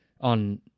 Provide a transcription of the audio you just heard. on